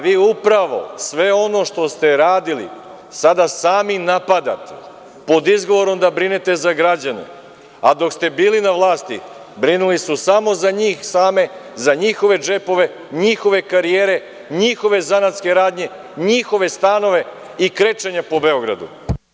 Vi upravo sve ono što ste radili sada sami napadate, pod izgovorom da brinete za građane, a dok ste bili na vlasti, brinuli su samo za njih same, za njihove džepove, njihove karijere, njihove zanatske radnje, njihove stanove i krečenje po Beogradu.